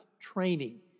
Training